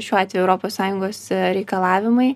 šiuo atveju europos sąjungos reikalavimai